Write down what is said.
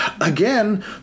again